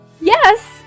Yes